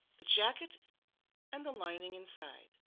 the jacket and the lining inside